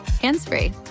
hands-free